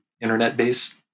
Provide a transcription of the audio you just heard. internet-based